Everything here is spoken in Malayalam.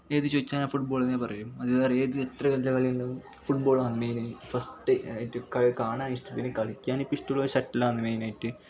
ഏത് ചോദിച്ചാൽ ഞ ഫുട്ബോൾ തന്നെ പറയു അതു വേറെ ഏത് എത്ര നല്ല കളിയുണ്ടെങ്കിലും ഫുട്ബോളാന്ന് മെയിൻ ഫസ്റ്റ് ആയിട്ട് കളി കാണാനിഷ്ടമില്ലേൽ കളിയ്ക്കാൻ ഇപ്പം ഇഷ്ടമുള്ളത് ഷട്ടിലാണ് മെയിനായിട്ട്